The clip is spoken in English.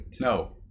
No